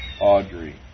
Audrey